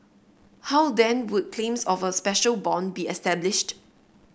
how then would claims of a special bond be established